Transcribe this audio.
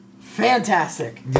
Fantastic